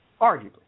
Arguably